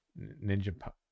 Ninja